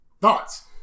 thoughts